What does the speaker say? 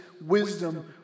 wisdom